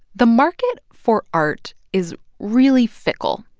the market for art is really fickle.